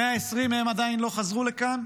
120 מהם עדיין לא חזרו לכאן,